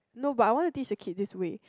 no but I want to teach the kid this way